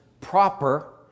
proper